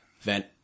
vent